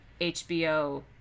HBO